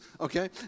Okay